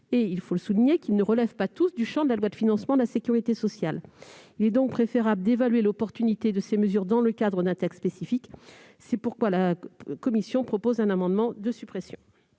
nationale et qui ne relèvent pas tous du champ d'une loi de financement de la sécurité sociale. Il est préférable d'évaluer l'opportunité de ces mesures dans le cadre d'un texte spécifique. C'est pourquoi la commission présente cet amendement de suppression.